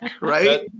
right